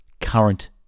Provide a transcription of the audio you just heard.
current